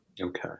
Okay